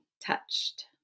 touched